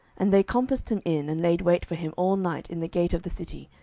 and they compassed him in, and laid wait for him all night in the gate of the city,